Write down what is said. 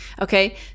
Okay